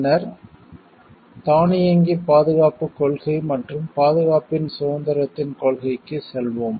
பின்னர் தானியங்கி பாதுகாப்பு கொள்கை மற்றும் பாதுகாப்பின் சுதந்திரத்தின் கொள்கைக்கு செல்வோம்